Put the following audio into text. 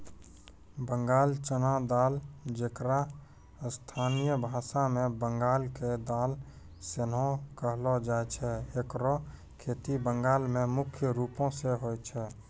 बंगाल चना दाल जेकरा स्थानीय भाषा मे बंगाल के दाल सेहो कहलो जाय छै एकरो खेती बंगाल मे मुख्य रूपो से होय छै